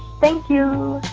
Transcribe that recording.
thank you